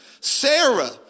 Sarah